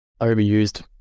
overused